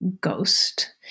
ghost